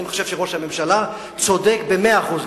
אני חושב שראש הממשלה צודק במאה אחוז,